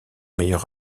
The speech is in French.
meilleur